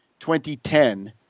2010